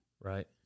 Right